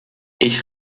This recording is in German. ich